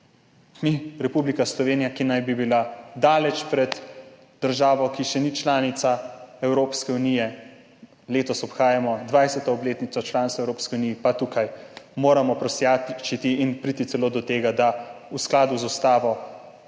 Mi, Republika Slovenija, ki naj bi bila daleč pred državo, ki še ni članica Evropske unije, letos obhajamo 20. obletnico članstva v Evropski uniji, pa moramo tukaj prosjačiti in priti celo do tega, da v skladu z ustavo